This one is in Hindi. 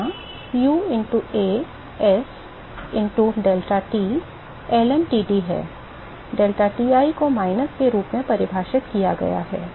यहां U into A s into deltaT lmtd है deltaTi को माइनस के रूप में परिभाषित किया गया है